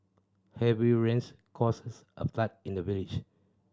heavy rains causes a flood in the village